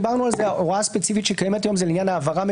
דיברנו על זה שההוראה הספציפית שקיימת היום זה לעניין העברה מכהונה.